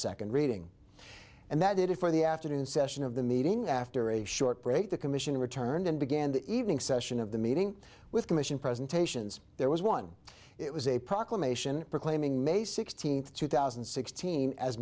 second reading and that did it for the afternoon session of the meeting after a short break the commission returned and began the evening session of the meeting with commission presentations there was one it was a proclamation proclaiming may sixteenth two thousand and sixteen as